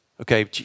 Okay